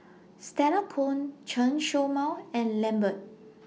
Stella Kon Chen Show Mao and Lambert